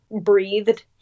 breathed